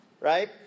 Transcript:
right